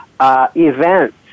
events